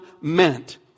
meant